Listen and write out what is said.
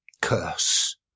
Curse